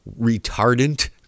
retardant